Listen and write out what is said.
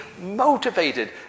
motivated